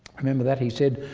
remember that he said,